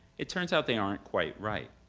it turns out they aren't quite right.